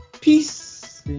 Peace